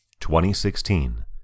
2016